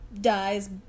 dies